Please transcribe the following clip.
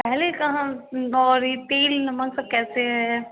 पहले कहाँ तिल कैसे है